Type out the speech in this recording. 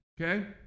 okay